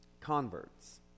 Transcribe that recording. converts